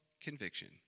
conviction